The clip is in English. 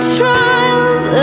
trials